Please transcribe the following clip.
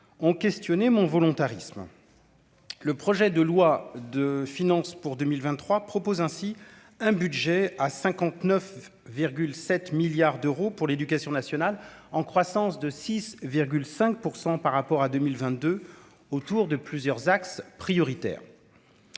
ont questionné mon volontarisme. Le projet de loi de finances pour 2023 propose ainsi un budget à 59,7 milliards d'euros pour l'éducation nationale en croissance de 6,5 pour 100 par rapport à 2022 autour de plusieurs axes prioritaires